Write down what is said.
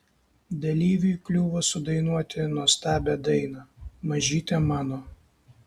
dalyviui kliuvo sudainuoti nuostabią dainą mažyte mano